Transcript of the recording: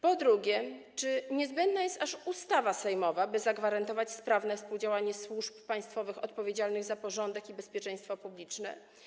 Po drugie, czy niezbędna jest aż ustawa sejmowa, by zagwarantować sprawne współdziałanie służb państwowych odpowiedzialnych za porządek i bezpieczeństwo publiczne?